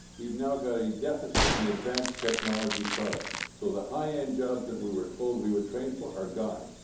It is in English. we've now got a deficit in advanced-technology products, so the high-end jobs that we were told we would train for are gone.